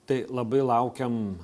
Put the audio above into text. tai labai laukiam